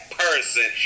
person